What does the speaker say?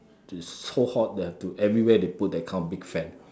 it's so hot they have to everywhere they put that kind of big fan